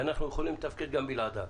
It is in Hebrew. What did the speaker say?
ואנחנו יכולים לתפקד גם בלעדיו.